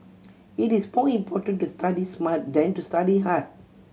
it is more important to study smart than to study hard